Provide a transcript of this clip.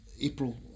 April